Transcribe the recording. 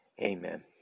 Amen